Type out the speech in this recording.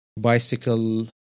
bicycle